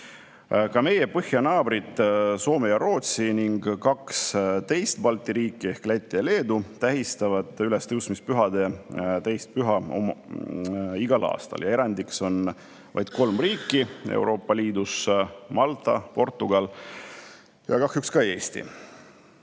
Ka meie põhjanaabrid Soome ja Rootsi ning kaks teist Balti riiki ehk Läti ja Leedu tähistavad igal aastal ülestõusmispühade teist püha. Erandiks on vaid kolm riiki Euroopa Liidus: Malta, Portugal ja kahjuks ka Eesti.